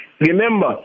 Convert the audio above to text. Remember